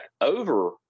over